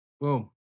boom